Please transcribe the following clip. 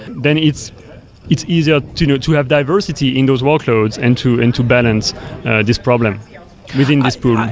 then it's it's easier to you know to have diversity in those workloads and to and to balance this problem within this pool.